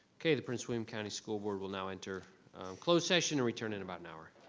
okay the prince william county school board will now enter closed session and return in about an hour.